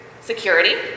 Security